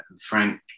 Frank